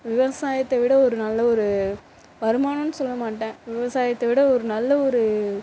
விவசாயத்தை விட ஒரு நல்ல ஒரு வருமானன்னு சொல்ல மாட்டேன் விவசாயத்தை விட ஒரு நல்ல ஒரு